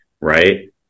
right